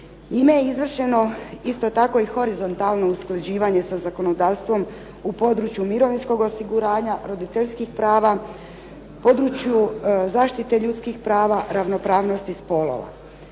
Ime je izvršeno isto tako i horizontalno usklađivanje sa zakonodavstvom u području mirovinskog osiguranja, roditeljskih prava, području zaštiti ljudskih prava, ravnopravnosti spolova.